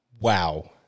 Wow